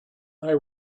they